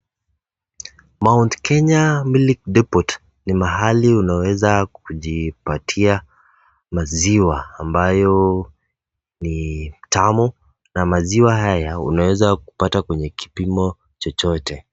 Mount Kenyan milk depot ni mahali unaeza kujipatia maziwa ambayo ni tamu na maziwa haya unaeza kupata kwa kipimo chochote.